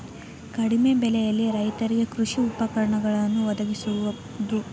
ಕಡಿಮೆ ಬೆಲೆಯಲ್ಲಿ ರೈತರಿಗೆ ಕೃಷಿ ಉಪಕರಣಗಳನ್ನು ವದಗಿಸುವದು